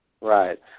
Right